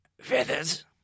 Feathers